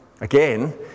again